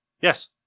Yes